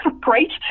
great